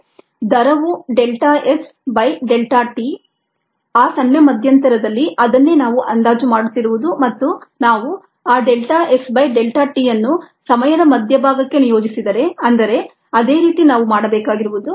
ದರವು delta S by delta t ಆ ಸಣ್ಣ ಮಧ್ಯಂತರದಲ್ಲಿ ಅದನ್ನೇ ನಾವು ಅಂದಾಜು ಮಾಡುತ್ತಿರುವುದು ಮತ್ತು ನಾವು ಆ delta S by delta t ಅನ್ನು ಸಮಯದ ಮಧ್ಯಭಾಗಕ್ಕೆ ನಿಯೋಜಿಸಿದರೆ ಅಂದರೆ ಅದೇ ರೀತಿ ನಾವು ಮಾಡಬೇಕಾಗಿರುವುದು